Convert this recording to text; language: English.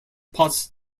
pots